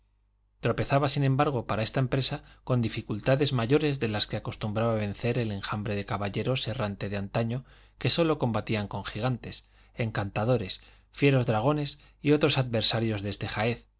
tropezaba sin embargo para esta empresa con dificultades mayores de las que acostumbrara vencer el enjambre de caballeros errantes de antaño que sólo combatían con gigantes encantadores fieros dragones y otros adversarios de este jaez